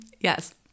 yes